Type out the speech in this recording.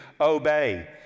obey